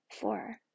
Four